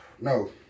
No